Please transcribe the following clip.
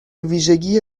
ویژگی